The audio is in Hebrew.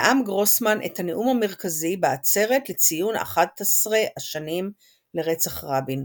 נאם גרוסמן את הנאום המרכזי בעצרת לציון 11 השנים לרצח רבין.